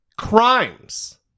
Crimes